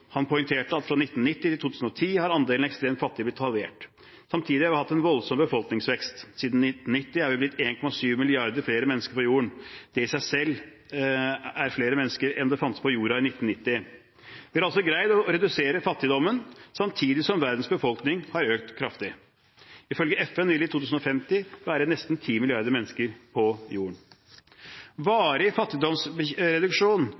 Han poengterte at fra 1990 til 2010 har andelen ekstremt fattige blitt halvert. Samtidig har vi hatt en voldsom befolkningsvekst. Siden 1990 er vi blitt 1,7 milliarder flere mennesker på jorden. Det i seg selv er flere mennesker enn det fantes på jorden i 1900. Vi har altså greid å redusere fattigdommen, samtidig som verdens befolkning har økt kraftig. Ifølge FN vil det i 2050 være nesten 10 milliarder mennesker på